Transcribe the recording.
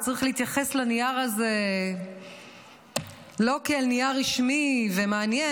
וצריך להתייחס לנייר הזה לא כאל נייר רשמי ומעניין,